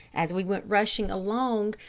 as we went rushing along,